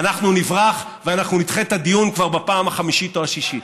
אנחנו נברח ואנחנו נדחה את הדיון כבר בפעם החמישית או השישית.